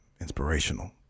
inspirational